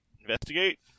Investigate